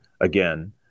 again